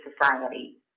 society